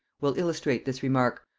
will illustrate this remark,